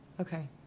okay